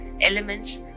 elements